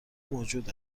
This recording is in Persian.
موجود